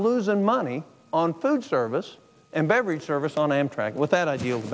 losing money on food service and every service on amtrak without ideal